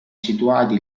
situati